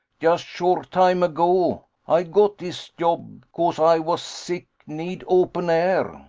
yust short time ago ay got dis yob cause ay vas sick, need open air.